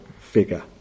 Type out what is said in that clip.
figure